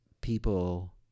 people